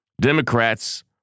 Democrats